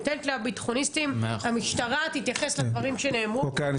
אני נותנת לביטחוניסטים ואז המשטרה תתייחס לדברים שנאמרו.